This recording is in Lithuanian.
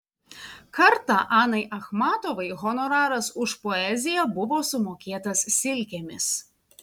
kartą anai achmatovai honoraras už poeziją buvo sumokėtas silkėmis